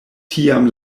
tiam